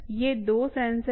ये दो सेंसर हैं